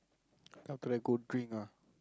how can I go drink ah